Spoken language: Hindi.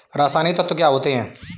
रसायनिक तत्व क्या होते हैं?